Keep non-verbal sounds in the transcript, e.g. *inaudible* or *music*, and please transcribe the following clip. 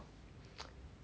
*noise*